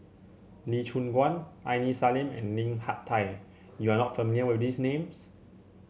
Lee Choon Guan Aini Salim and Lim Hak Tai You are not familiar with these names